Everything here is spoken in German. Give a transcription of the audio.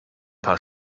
paar